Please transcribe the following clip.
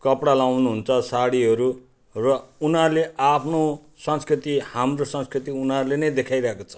कपडा लगाउनुहुन्छ साडीहरू र उनीहरूले आफ्नो संस्कृति हाम्रो संस्कृति उनीहरूले नै देखाइरहेको छ